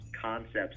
concepts